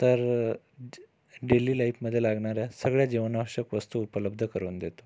तर ज डेलि लाईफमध्ये लागणाऱ्या सगळ्या जीवनावश्यक वस्तू उपलब्ध करून देतो